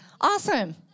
Awesome